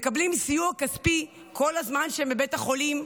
מקבלים סיוע כספי כל זמן שהם בבית החולים,